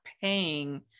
paying